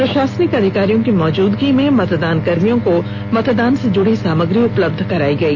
प्रशासनिक अधिकारियों की मौजूदगी में मतदानकर्मियों को मतदान से जुड़ी सामग्री उपलब्ध कराई गई